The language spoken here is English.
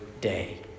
day